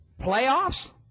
Playoffs